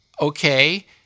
okay